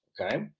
Okay